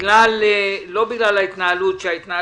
לא בגלל ההתנהלות שהייתה,